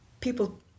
People